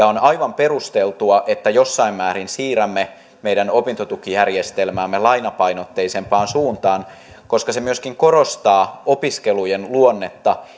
on aivan perusteltua että jossain määrin siirrämme meidän opintotukijärjestelmäämme lainapainotteisempaan suuntaan koska se myöskin korostaa opiskelujen luonnetta